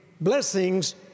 blessings